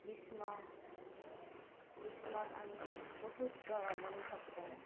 গ্ৰীষ্ম গ্ৰীষ্মত আমি বহুত গৰম অনুভৱ কৰোঁ